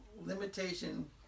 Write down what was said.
limitation